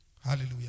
Hallelujah